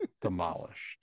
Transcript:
demolished